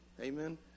Amen